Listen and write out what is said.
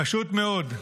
פשוט מאוד,